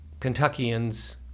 Kentuckians